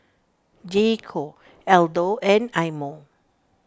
J Co Aldo and Eye Mo